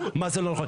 מה זה לא נכון?